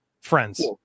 friends